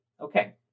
okay